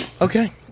Okay